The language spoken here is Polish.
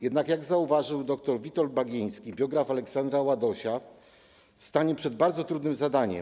Jednak jak zauważył dr Witold Bagieński, biograf Aleksandra Ładosia stanie przed bardzo trudnym zadaniem.